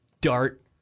dart